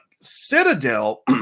Citadel